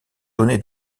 donné